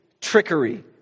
trickery